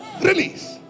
Release